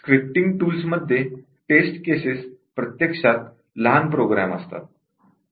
scripting टूल्समध्ये test cases प्रत्यक्षात लहान प्रोग्राम असतात